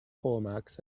hallmarks